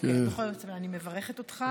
בכל זאת אני מברכת אותך.